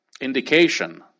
indication